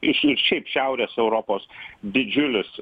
ir šiaip šiaurės europos didžiulis